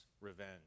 revenge